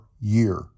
year